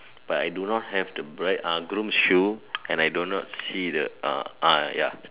but I do not have the bride ah groom's shoe and I do not see the uh ah ya